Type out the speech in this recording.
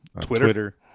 Twitter